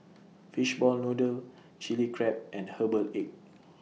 Fishball Noodle Chilli Crab and Herbal Egg